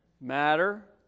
matter